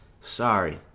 Sorry